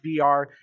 VR